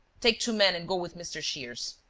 take two men and go with mr. shears.